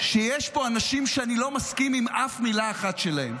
שיש פה אנשים שאני לא מסכים עם אף מילה אחת שלהם,